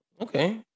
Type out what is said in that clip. Okay